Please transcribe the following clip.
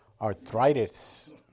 arthritis